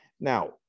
Now